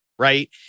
Right